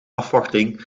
afwachting